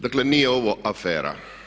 Dakle, nije ovo afera.